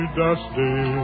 dusty